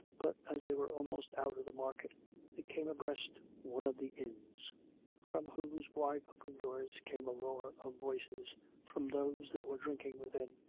but as they were almost out of the market they came abreast one of the inns from whose wide-open doors came a roar of voices from those that were drinking within,